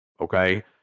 Okay